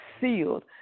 Sealed